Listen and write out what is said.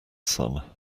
sun